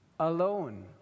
alone